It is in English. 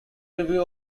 review